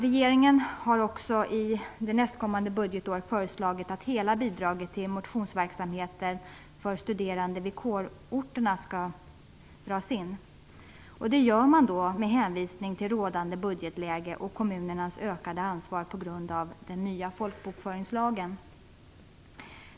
Regeringen har också för nästkommande budgetår föreslagit att hela bidraget till motionsverksamheter för studerande vid kårorterna skall dras in. Det gör man med hänvisning till rådande budgetläge och kommunernas ökade ansvar på grund av den nya folkbokföringslagen.